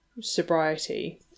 sobriety